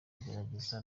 igerageza